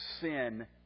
sin